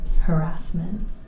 harassment